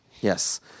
Yes